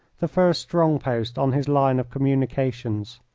the first strong post on his line of communications.